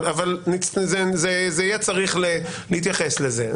יהיה צריך להתייחס לזה.